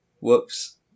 whoops